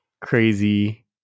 crazy